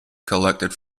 collected